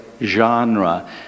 genre